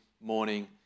morning